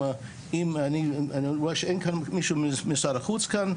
אני רואה שאין מישהו ממשרד החוץ כאן,